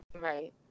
Right